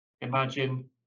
Imagine